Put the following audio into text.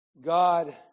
God